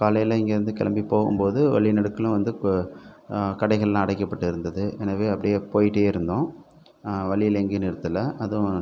காலையில் இங்கேருந்து கிளம்பி போகும் போது வழி நெடுக்கிலும் வந்து கடைகள்லாம் அடைக்கப்பட்டிருந்தது எனவே அப்படியே போயிட்டே இருந்தோம் வழியில் எங்கேயும் நிறுத்தலை அதுவும்